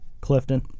Clifton